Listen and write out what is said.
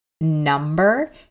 number